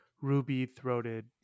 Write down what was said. ruby-throated